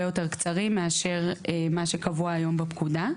יותר קצרים מאשר מה שקבוע היום בפקודה.